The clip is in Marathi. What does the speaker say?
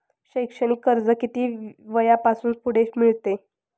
शैक्षणिक कर्ज किती वयापासून पुढे मिळते?